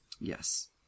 Yes